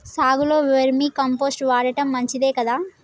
సాగులో vermicompost వాడటం మంచిదే కదా?